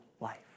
life